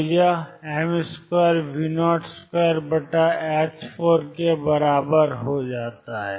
तो यह m2V024 के बराबर है